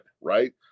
right